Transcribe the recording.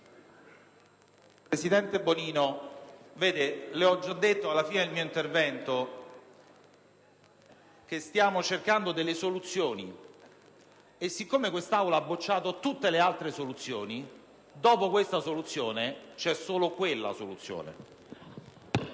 Presidente Bonino, ho già detto, alla fine del mio intervento, che stiamo cercando delle soluzioni e, siccome quest'Aula ha bocciato tutte le altre soluzioni, dopo questa soluzione c'è solo quella soluzione.